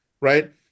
right